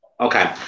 Okay